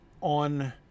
on